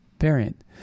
variant